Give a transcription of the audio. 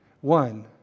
One